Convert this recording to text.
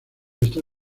esta